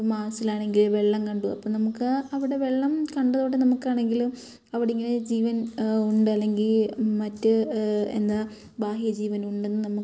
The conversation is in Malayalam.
മാർസിൽ ആണെങ്കിൽ വെള്ളം കണ്ടു അപ്പോൾ നമുക്ക് അവിടെ വെള്ളം കണ്ടതുകൊണ്ട് നമുക്കാണെങ്കിലും അവിടെ ഇങ്ങനെ ജീവൻ ഉണ്ട് അല്ലെങ്കിൽ മറ്റ് എന്താ ബാഹ്യ ജീവൻ ഉണ്ടെന്ന് നമുക്ക്